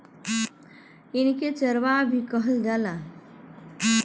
इनके चरवाह भी कहल जाला